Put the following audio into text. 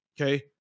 Okay